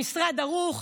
המשרד ערוך.